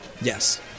Yes